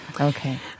okay